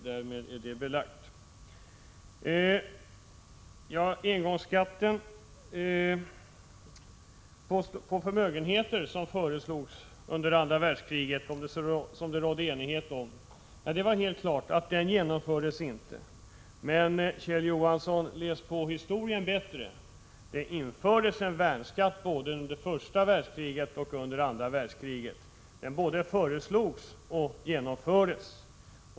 Den engångsskatt på förmögenheter som föreslogs under andra världskriget genomfördes inte. Men, Kjell Johansson, läs på historien bättre! Det infördes en värnskatt både under första och under andra världskriget. Den både föreslogs och genomfördes.